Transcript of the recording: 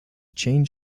change